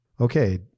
Okay